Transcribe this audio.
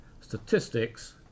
statistics